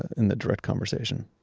in the direct conversation?